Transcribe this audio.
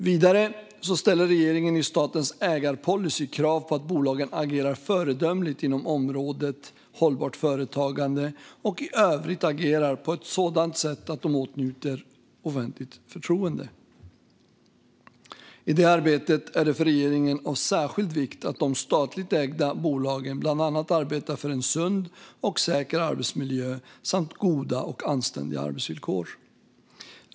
Vidare ställer regeringen i statens ägarpolicy krav på att bolagen agerar föredömligt inom området hållbart företagande och i övrigt agerar på ett sådant sätt att de åtnjuter offentligt förtroende. I det arbetet är det för regeringen av särskild vikt att de statligt ägda bolagen bland annat arbetar för en sund och säker arbetsmiljö samt goda och anständiga arbetsvillkor.